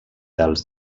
dels